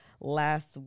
last